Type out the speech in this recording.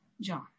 John